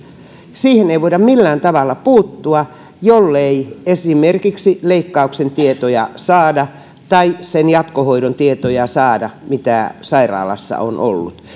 siihen ei voida millään tavalla puuttua jollei saada esimerkiksi leikkauksen tietoja tai sen jatkohoidon tietoja mitä sairaalassa on ollut